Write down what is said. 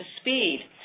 speed